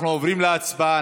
אנחנו עוברים להצבעה.